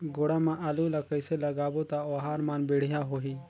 गोडा मा आलू ला कइसे लगाबो ता ओहार मान बेडिया होही?